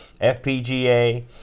FPGA